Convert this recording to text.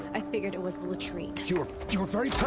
i figured it was the latrine. your. your very